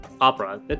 opera